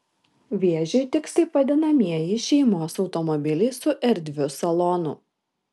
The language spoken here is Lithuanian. vėžiui tiks taip vadinamieji šeimos automobiliai su erdviu salonu